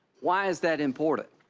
why is that important?